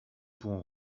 pourront